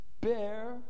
bear